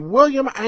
William